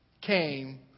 came